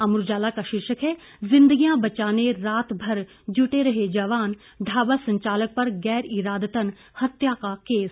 अमर उजाला का शीर्षक है जिंदगियां बचाने रात भर जुटे रहे जवान ढाबा संचालक पर गैर इरादतन हत्या का केस